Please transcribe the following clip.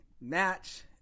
match